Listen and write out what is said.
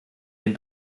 den